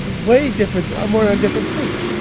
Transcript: way different, i'm on a different page.